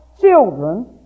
children